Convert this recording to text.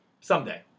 Someday